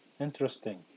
Interesting